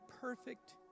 perfect